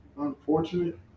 Unfortunate